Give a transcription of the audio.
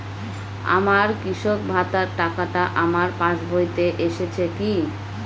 আমার কৃষক ভাতার টাকাটা আমার পাসবইতে এসেছে কি?